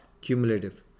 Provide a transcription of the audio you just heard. cumulative